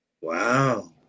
Wow